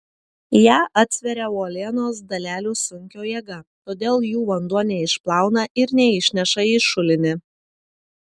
ją atsveria uolienos dalelių sunkio jėga todėl jų vanduo neišplauna ir neišneša į šulinį